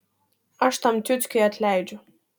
aš tam ciuckiui atleidžiu